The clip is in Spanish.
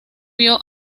vio